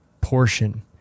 portion